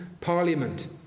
Parliament